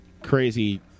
crazy